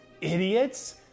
Idiots